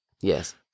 Yes